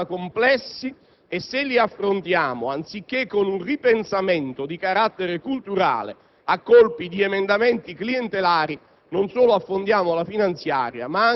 i problemi sono abbastanza complessi e se li affrontiamo, anziché con un ripensamento di carattere culturale, a colpi di emendamenti clientelari